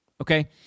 okay